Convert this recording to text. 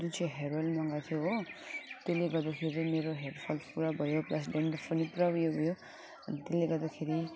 जुन चाहिँ hair oil मगाएको थियो हो त्यसले गर्दाखेरि मेरो हेयरफल पुरा भयो प्लस डेन्ड्रफ पनि पुरा ऊ यो भयो अनि त्यसले गर्दाखेरि